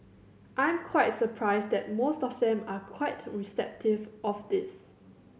I'm quite surprised that most of them are quite receptive of this